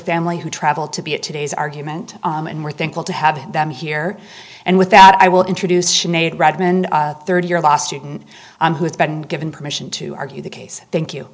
family who traveled to be at today's argument and we're thankful to have them here and with that i will introduce she made redmond third year law student who has been given permission to argue the case thank you